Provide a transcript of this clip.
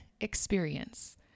experience